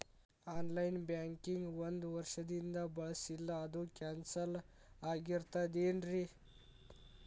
On line banking ಒಂದ್ ವರ್ಷದಿಂದ ಬಳಸಿಲ್ಲ ಅದು ಕ್ಯಾನ್ಸಲ್ ಆಗಿರ್ತದೇನ್ರಿ?